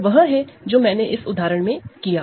यह वह है जो मैंने इस उदाहरण में किया